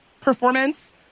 performance